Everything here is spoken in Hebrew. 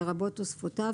לרבות תוספותיו,